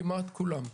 כמעט כולן.